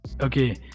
okay